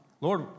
Lord